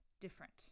different